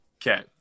Okay